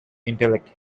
intellect